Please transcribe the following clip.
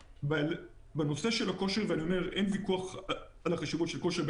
בנושא הכושר אין ויכוח על חשיבות של כושר,